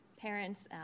parents